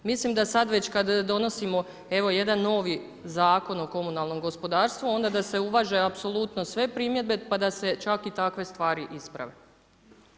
Mislim da sad već kad donosimo evo, jedan novi zakon o komunalnom gospodarstvu, onda da se uvaže apsolutno sve primjedbe, pa da se čak i takve stvari isprave.